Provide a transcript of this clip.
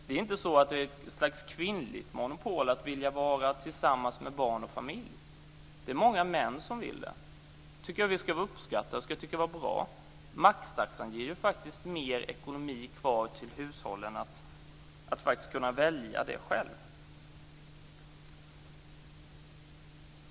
Det är inte något slags kvinnligt monopol att vilja vara tillsammans med barn och familj. Det är många män som vill det. Det tycker jag att vi ska uppskatta och tycka är bra. Maxtaxan ger faktiskt mer ekonomi kvar till hushållen att kunna välja själva.